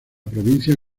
provincia